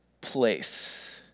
place